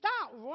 stop